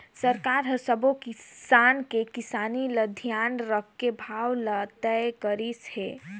सरकार हर सबो किसान के किसानी ल धियान राखके भाव ल तय करिस हे